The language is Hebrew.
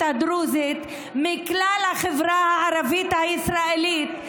הדרוזית מכלל החברה הערבית הישראלית,